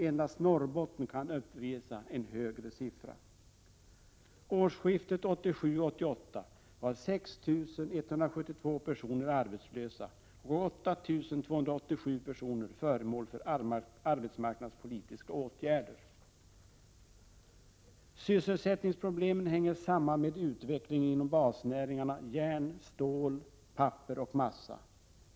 Endast Norrbotten kan uppvisa en högre siffra. Sysselsättningsproblemen hänger samman med utvecklingen inom basnäringarna järn, stål, papper och massa.